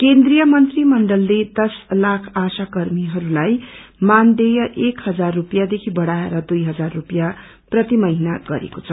केन्द्रिय मंत्रीमण्डलले दश लाख आशा कर्मीहरूको मानदेय एक हजार स्पियाँ बाट बढ़ाएर दुई हजार स्पियाँ प्रति महिना गरिदिएको छ